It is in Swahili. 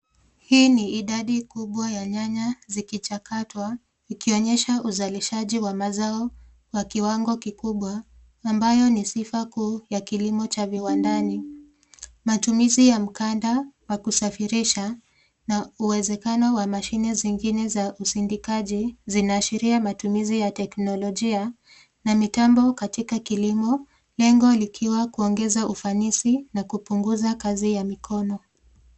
Hii ni idadi kubwa ya nyanya zikichakatwa ikionyesha uzalishaji wa mazao ya kiwango kikubwa ambayo ni sifa kuu ya kilimo cha viwandani. Matumizi ya mkada wa kusafirisha na uwezekano wa mashine zingine za usindikaji zinaashiria matumizi ya teknolojia na mitambo katika kilimo lengo likiwa kuongeza ufanisi na kupunguza kazi ya mikono.